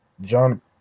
John